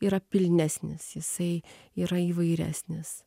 yra pilnesnis jisai yra įvairesnis